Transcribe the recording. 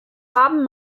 haben